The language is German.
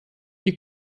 die